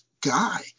guy